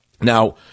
Now